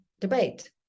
debate